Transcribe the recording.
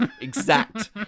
exact